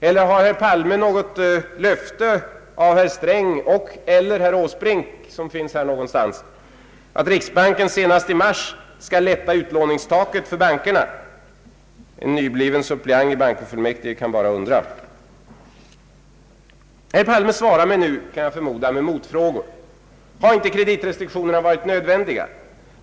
Eller har herr Palme något löfte av herr Sträng och/eller herr Åsbrink — som finns här någonstans — att riksbanken senast i mars skall höja utlåningstaket för bankerna? En ny bliven suppleant i bankofullmäktige kan bara undra. Herr Palme svarar mig nu — kan jag förmoda — med motfrågor: ”Har inte kreditrestriktionerna varit nödvändiga?